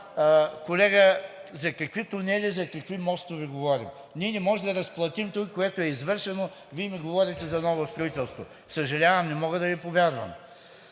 колега, за какви тунели, за какви мостове говорим. Ние не можем да разплатим това, което е извършено, Вие ми говорите за ново строителство. Съжалявам, не мога да Ви повярвам.